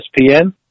ESPN